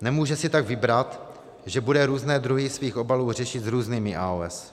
Nemůže si tak vybrat, že bude různé druhy svých obalů řešit s různými AOS.